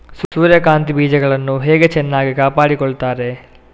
ಸೂರ್ಯಕಾಂತಿ ಬೀಜಗಳನ್ನು ಹೇಗೆ ಚೆನ್ನಾಗಿ ಕಾಪಾಡಿಕೊಳ್ತಾರೆ?